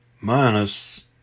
minus